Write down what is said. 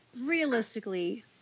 Realistically